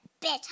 better